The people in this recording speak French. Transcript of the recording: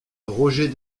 roger